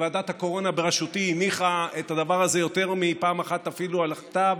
ועדת הקורונה בראשותי הניחה את הדבר הזה אפילו יותר מפעם אחת על הכתב,